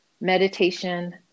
meditation